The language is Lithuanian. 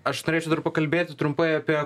aš norėčiau dar pakalbėti trumpai apie